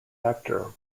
actor